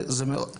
זה מאוד משכנע.